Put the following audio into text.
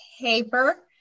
paper